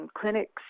clinics